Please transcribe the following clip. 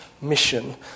mission